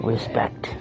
Respect